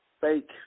fake